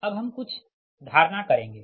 अब हम कुछ धारणा करेंगे